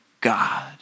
God